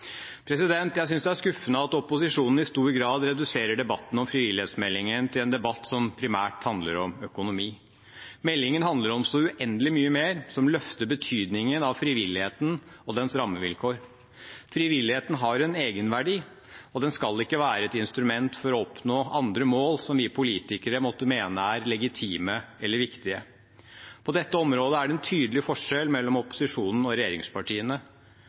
Jeg synes det er skuffende at opposisjonen i stor grad reduserer debatten om frivillighetsmeldingen til en debatt som primært handler om økonomi. Meldingen handler om så uendelig mye mer, som å løfte betydningen av frivilligheten og dens rammevilkår. Frivilligheten har en egenverdi, og den skal ikke være et instrument for å oppnå andre mål som vi politikere måtte mene er legitime eller viktige. På dette området er det en tydelig forskjell mellom opposisjonen og regjeringspartiene.